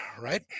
right